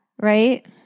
Right